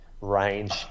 range